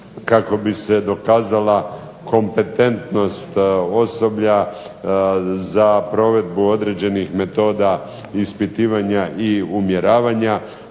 kako bi se dokazala kompetentnost osoblja za provedbu određenih metoda ispitivanja i umjeravanja.